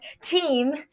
team